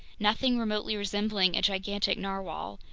nothing remotely resembling a gigantic narwhale,